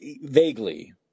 Vaguely